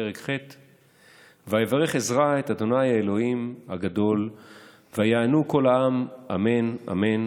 פרק ח' : "ויברך עזרא את ה' האלוהים הגדול ויענו כל העם אמן אמן